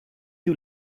you